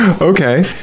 Okay